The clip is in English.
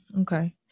Okay